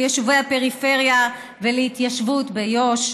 ליישובי הפריפריה ולהתיישבות ביו"ש.